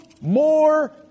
more